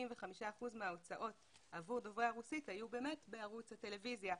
65% מההוצאות עבור דוברי הרוסית היו באמת בערוץ הטלוויזיה,